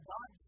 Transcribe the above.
God